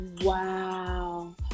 Wow